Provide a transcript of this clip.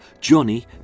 Johnny